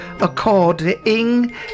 according